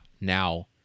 now